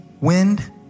wind